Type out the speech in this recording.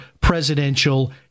presidential